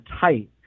tight